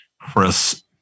Chris